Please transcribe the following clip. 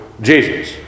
Jesus